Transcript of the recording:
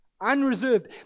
Unreserved